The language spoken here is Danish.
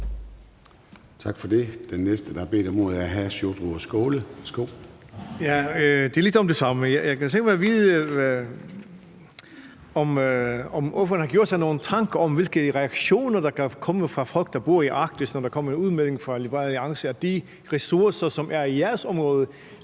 Tak for det. Den næste, der har bedt om ordet, er hr. Sjúrður Skaale. Værsgo. Kl. 14:00 Sjúrður Skaale (JF): Ja, og det er lidt om det samme. Jeg kunne tænke mig at vide, om ordføreren har gjort sig nogle tanker om, hvilke reaktioner der kan komme fra folk, der bor i Arktis, når der kommer en udmelding fra Liberal Alliance om, at de ressourcer, som er i deres område,